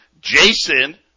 Jason